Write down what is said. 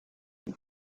you